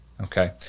Okay